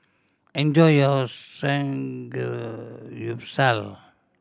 enjoy your Samgeyopsal